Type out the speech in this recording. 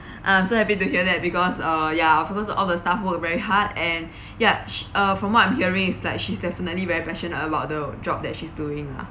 I'm so happy to hear that because uh yeah because all the staff work very hard and ya uh from what I'm hearing is like she's definitely very passionate about the job that she's doing lah